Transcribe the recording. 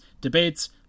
debates